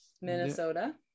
minnesota